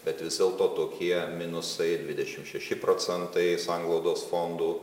bet vis dėlto tokie minusai dvidešimt šeši procentai sanglaudos fondų